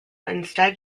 instead